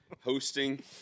hosting